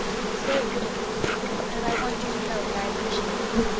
it was very good of you and i want you to know that i appreciate it.